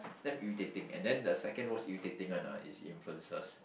damn irritating and then the second most irritating one ah is influencers